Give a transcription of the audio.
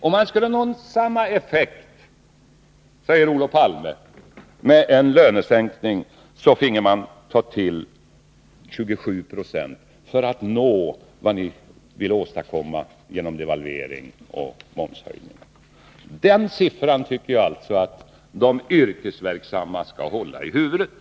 Om man skulle få samma effekt med en lönesänkning, säger Olof Palme, finge man ta till 27 20 för att uppnå vad ni vill åstadkomma genom devalvering och momshöjning. Den siffran tycker jag att de yrkesverksamma skall hålla i huvudet.